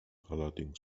allerdings